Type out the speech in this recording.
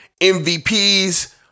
MVPs